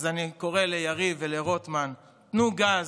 אז אני קורא ליריב ולרוטמן: תנו גז,